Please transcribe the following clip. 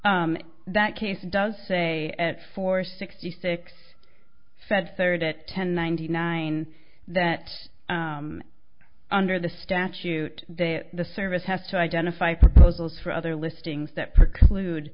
think that case does say at four sixty six said third at ten ninety nine that under the statute there the service has to identify proposals for other listings that preclude